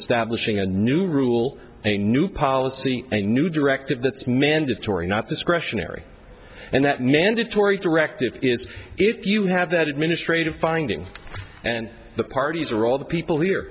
establishing a new rule a new policy a new directive that's mandatory not discretionary and that mandatory directive is if you have that administrative finding and the parties are all the people here